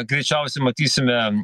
greičiausiai matysime